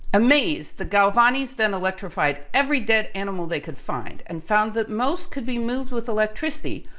amazed, the galvanis then electrified every dead animal they could find and found that most could be moved with electricity,